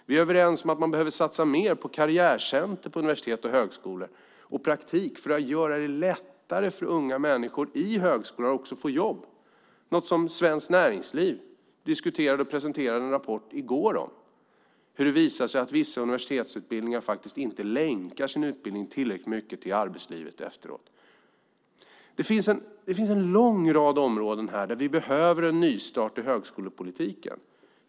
Vi är överens om att man behöver satsa mer på karriärcentrum på universitet och högskolor och praktik för att göra det lättare för unga människor i högskolan att få jobb, något som Svenskt Näringsliv diskuterade och presenterade en rapport om i går. Det visar sig att vissa universitet inte länkar sin utbildning tillräckligt mycket till arbetslivet efteråt. Det finns en lång rad områden där vi behöver en nystart i högskolepolitiken.